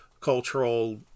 cultural